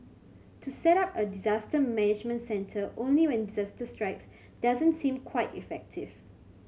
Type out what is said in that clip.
to set up a disaster management centre only when disaster strikes doesn't seem quite effective